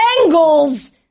Bengals